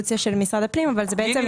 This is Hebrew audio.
משרד הפנים.